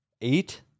eight